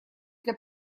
для